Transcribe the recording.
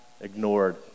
ignored